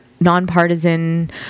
nonpartisan